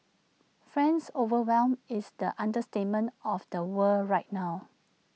friends overwhelmed is the understatement of the world right now